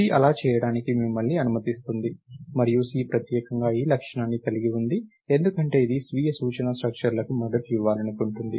C అలా చేయడానికి మిమ్మల్ని అనుమతిస్తుంది మరియు C ప్రత్యేకంగా ఈ లక్షణాన్ని కలిగి ఉంది ఎందుకంటే ఇది స్వీయ సూచన స్ట్రక్చర్లకు మద్దతు ఇవ్వాలనుకుంటోంది